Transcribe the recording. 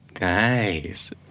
Nice